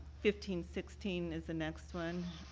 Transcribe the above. fifteen sixteen is the next one.